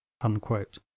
unquote